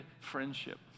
friendship